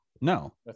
no